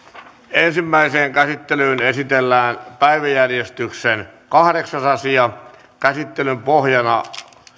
ensimmäiseen käsittelyyn esitellään päiväjärjestyksen kahdeksas asia käsittelyn pohjana